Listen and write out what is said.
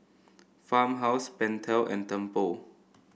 Farmhouse Pentel and Tempur